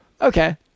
Okay